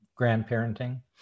grandparenting